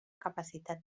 capacitat